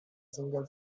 single